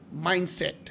Mindset